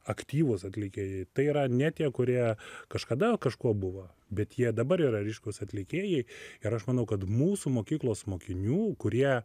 aktyvūs atlikėjai tai yra ne tie kurie kažkada kažkuo buvo bet jie dabar yra ryškūs atlikėjai ir aš manau kad mūsų mokyklos mokinių kurie